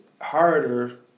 harder